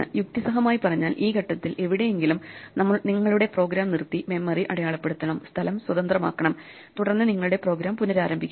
യുക്തിസഹമായി പറഞ്ഞാൽ ഈ ഘട്ടത്തിൽ എവിടെയെങ്കിലും നിങ്ങളുടെ പ്രോഗ്രാം നിർത്തി മെമ്മറി അടയാളപ്പെടുത്തണം സ്ഥലം സ്വതന്ത്രമാക്കണം തുടർന്ന് നിങ്ങളുടെ പ്രോഗ്രാം പുനരാരംഭിക്കുക